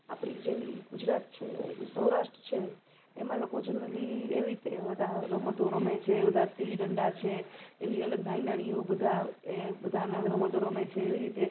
આપણી જે ગુજરાત છે સૌરાષ્ટ્ર છે એમાં લોકો જનરલી એવી રીતે બધા રમતો રમે છે એ બધા ગિલ્લી ડંડા છે એવી અલગ નાની નાની એઓ બધા એ બધાના રમતો રમે છે એવી રીતે